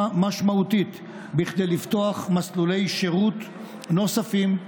משמעותית בכדי לפתוח מסלולי שירות נוספים,